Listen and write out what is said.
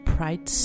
Pride